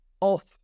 off